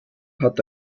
hat